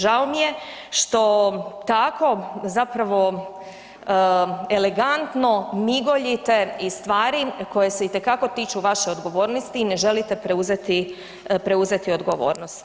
Žao mi je što tako zapravo elegantno migoljite iz stvari koje se itekako tiču vaše odgovornosti i ne želite preuzeti, preuzeti odgovornost.